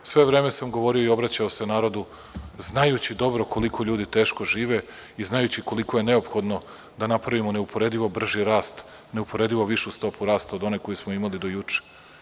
Sve vreme sam govorio, obraćao se narodu, znajući dobro koliko ljudi teško žive i znajući koliko je neophodno da napravimo neuporedivo bržu vlast, neuporedivo višu stopu rasta od one koju smo imali do juče.